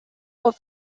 for